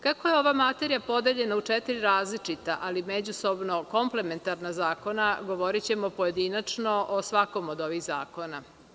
Kako je ova materija podeljena u četiri različita, ali međusobno komplementarna zakona, govorićemo pojedinačno o svakom od ovih zakona.